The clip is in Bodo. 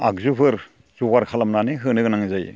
आगजुफोर जगार खालामनानै होनो गोनां जायो